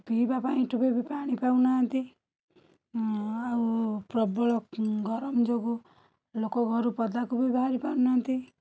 ପିଇବା ପାଇଁ ଟୋପେ ବି ପାଣି ପାଉ ନାହାଁନ୍ତି ଆଉ ପ୍ରବଳ ଗରମ ଯୋଗୁଁ ଲୋକ ଘରୁ ପଦାକୁ ବି ବାହାରିପାରୁ ନାହାଁନ୍ତି